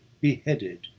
beheaded